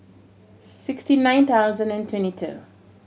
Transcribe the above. sixty nine thousand and twenty two